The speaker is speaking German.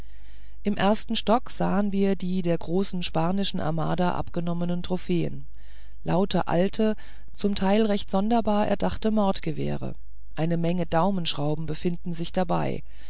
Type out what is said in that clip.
im ersten stock sahen wir die der großen spanischen armada abgenommenen trophäen lauter alte zum teil recht sonderbar erdachte mordgewehre eine menge daumenschrauben befinden sich dabei